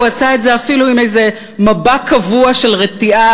הוא עשה את זה אפילו עם איזה מבע קבוע של רתיעה,